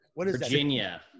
Virginia